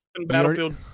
Battlefield